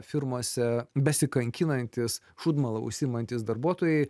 firmose besikankinantys šūdmala užsiimantys darbuotojai